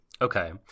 okay